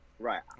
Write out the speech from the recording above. Right